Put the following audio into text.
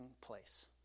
place